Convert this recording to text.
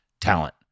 talent